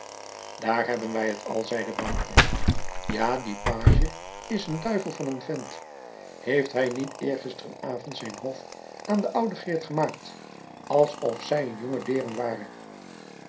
daar hebben wij t al zeide bouke ja die pagie is een duivel van een vent heeft hij niet eergisteren avond zijn hof aan de oude geert gemaakt als of zij een jonge deern ware